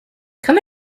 come